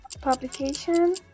Publication